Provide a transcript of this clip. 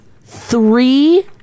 Three